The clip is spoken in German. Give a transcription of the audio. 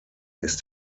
ist